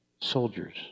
soldiers